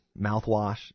mouthwash